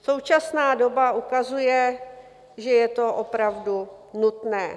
Současná doba ukazuje, že je to opravdu nutné.